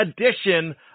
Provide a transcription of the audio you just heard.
edition